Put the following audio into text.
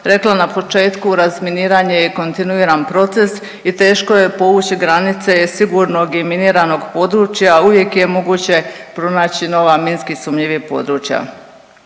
rekla na početku, razminiranje je kontinuiran proces sigurnog i miniranog područja, uvijek je moguće pronaći nova minski sumnjivi područja.